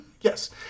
Yes